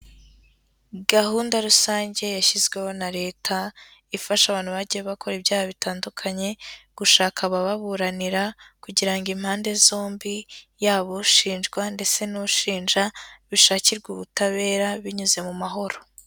Gahunda rusange yashyizweho na Leta, ifasha abantu bagiye bakora ibyaha bitandukanye, gushaka abababuranira kugira ngo impande zombi, yaba ubushinjwa ndetse n'ushinja, bishakirwe ubutabera binyuze mu mahoro.